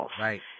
Right